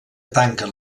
tanquen